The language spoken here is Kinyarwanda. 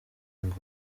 ngo